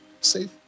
safe